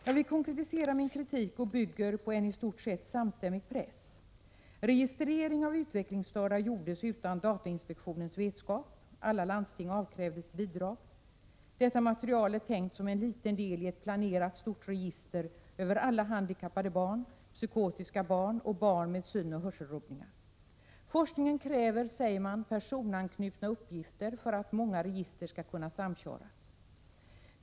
Jag vill konkretisera min kritik och bygger då på en i stort sett samstämmig press. Registrering av utvecklingsstörda gjordes utan datainspektionens vetskap. Alla landsting avkrävdes bidrag. Detta material är tänkt som en liten del i ett planerat stort register över alla handikappade barn, psykotiska barn och barn med synoch hörselrubbningar. Forskningen kräver, säger man, personanknutna uppgifter för att många olika register skall kunna samköras.